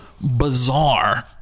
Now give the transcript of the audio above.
bizarre